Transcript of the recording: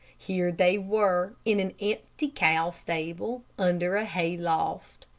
here they were, in an empty cow stable, under a hay loft.